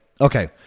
Okay